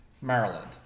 Maryland